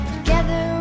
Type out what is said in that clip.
Together